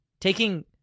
Taking